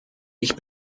ich